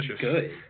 good